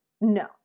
no